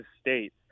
State